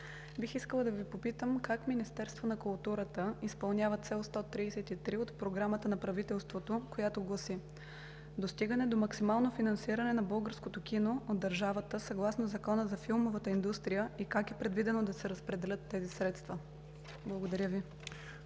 бих искала да Ви попитам как Министерството на културата изпълнява Цел 133 от Програмата на правителството, която гласи: „Достигане до максимално финансиране на българското кино от държавата“, съгласно Закона за филмовата индустрия, и как е предвидено да се разпределят тези средства? Благодаря Ви.